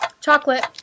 Chocolate